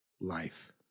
life